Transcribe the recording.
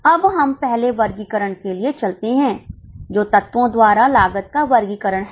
अब हम पहले वर्गीकरण के लिए चलते हैं जो तत्वों द्वारा लागत का वर्गीकरण है